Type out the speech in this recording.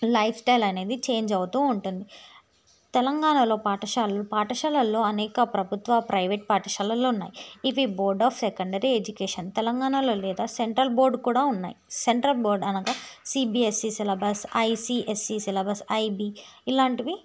life style అనేది change అవుతు ఉంటుంది తెలంగాణలో పాఠశాలలు పాఠశాలలలో అనేక ప్రభుత్వాలు ప్రైవేట్ పాఠశాలలు ఉన్నాయి ఇవి బోర్డ్ ఆఫ్ సెకండరీ ఎడ్యుకేషన్ తెలంగాణలో లేదా సెంట్రల్ బోర్డు కూడా ఉన్నాయి సెంట్రల్ బోర్డ్ అనగా CBSE syllabus ICSE syllabus IB ఇలాంటివి